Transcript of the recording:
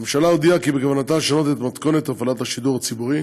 הממשלה הודיעה כי בכוונתה לשנות את מתכונת הפעלת השידור הציבורי